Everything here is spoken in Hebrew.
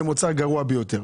הוא מוצר גרוע ביותר.